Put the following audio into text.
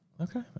Okay